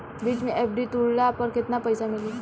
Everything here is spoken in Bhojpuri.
बीच मे एफ.डी तुड़ला पर केतना पईसा मिली?